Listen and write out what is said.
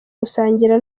gusangira